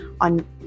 on